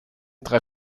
drei